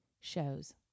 shows